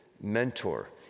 mentor